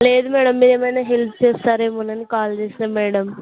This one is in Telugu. లేదు మ్యాడమ్ మీరు ఏమైనా హెల్ప్ చేస్తారేమోనని కాల్ చేసినా మ్యాడమ్